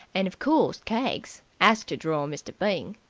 and of course keggs as to draw mr. byng.